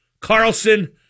Carlson